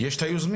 יש את היוזמים.